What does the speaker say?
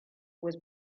was